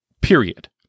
Period